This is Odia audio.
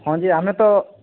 ହଁ ଯେ ଆମେ ତ